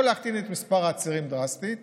או להקטין את מספר העצירים דרסטית